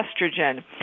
estrogen